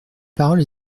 parole